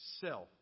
self